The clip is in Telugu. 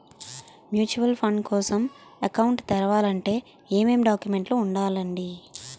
మ్యూచువల్ ఫండ్ కోసం అకౌంట్ తెరవాలంటే ఏమేం డాక్యుమెంట్లు ఉండాలండీ?